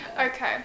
Okay